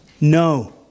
No